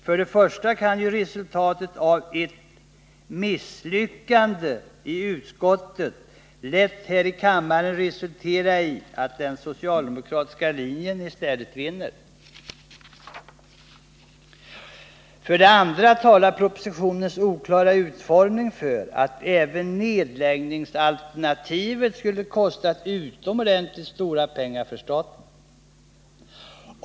För det första skulle ju resultatet av ”ett misslyckande” i utskottet lätt ha kunnat resultera i att den socialdemokratiska linjen vunnit här i kammaren. För det andra talar propositionens oklara utformning för att även nedläggningsalternativet skulle ha kostat staten utomordentligt mycket pengar.